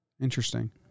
Interesting